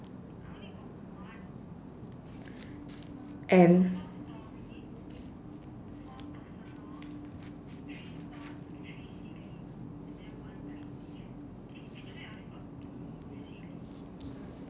and